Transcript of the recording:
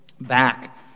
back